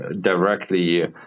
directly